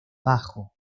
bajo